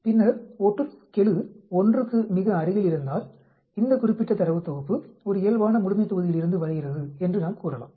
பின்னர் ஒட்டுறவுக்கெழு 1 க்கு மிக அருகில் இருந்தால் இந்த குறிப்பிட்ட தரவு தொகுப்பு ஒரு இயல்பான முழுமைத்தொகுதியிலிருந்து வருகிறது என்று நாம் கூறலாம்